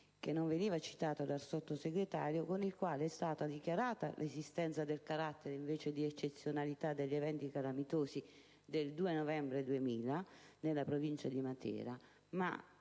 che non estato citato dal Sottosegretario, con il quale e stata dichiarata invece l’esistenza del carattere di eccezionalitadegli eventi calamitosi del 2 novembre 2010 nella provincia di Matera.